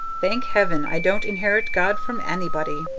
thank heaven i don't inherit god from anybody!